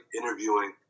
interviewing